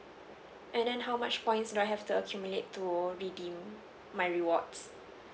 and then how much points do I have to accumulate to redeem my rewards